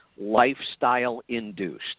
lifestyle-induced